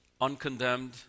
uncondemned